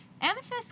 amethyst